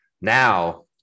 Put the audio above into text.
Now